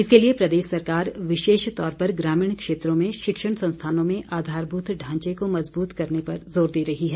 इसके लिए प्रदेश सरकार विशेष तौर पर ग्रामीण क्षेत्रों में शिक्षण संस्थानों में आधारभूत ढांचे को मजबूत करने पर जोर दे रही है